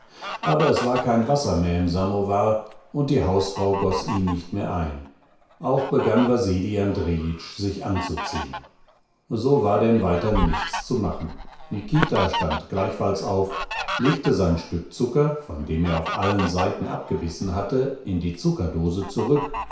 aber es war kein wasser mehr im samowar und die hausfrau goß ihm nicht mehr ein auch begann wasili andrejitsch sich anzuziehen so war denn weiter nichts zu machen nikita stand gleichfalls auf legte sein stück zucker von dem er auf allen seiten abgebissen hatte in die zuckerdose zurück